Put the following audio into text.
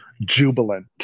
jubilant